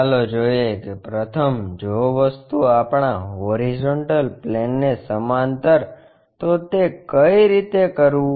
ચાલો જોઈએ કે પ્રથમ જો વસ્તુ આપણા હોરીઝોન્ટલ પ્લેનને સમાંતર તો તે કઈ રીતે કરવુ